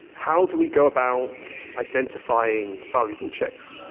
how do we go about identifying valuable checks?